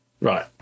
Right